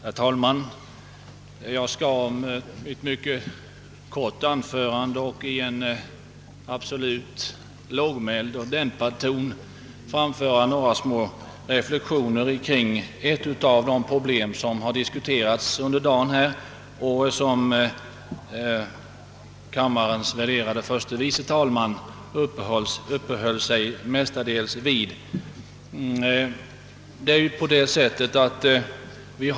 Herr talman! Jag skall i ett mycket kort anförande och i en absolut lågmäld och dämpad ton framföra några små reflexioner kring ett av de problem som här diskuterats under dagen och som kammarens värderade förste vice talman huvudsakligen uppehöll sig vid.